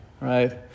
right